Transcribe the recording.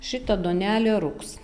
šita duonelė rūgs